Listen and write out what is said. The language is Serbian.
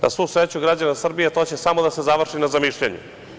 Na svu sreću građana Srbije, to će samo da se završi na zamišljanju.